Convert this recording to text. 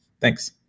Thanks